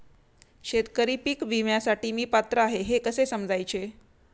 शेतकरी पीक विम्यासाठी मी पात्र आहे हे कसे समजायचे?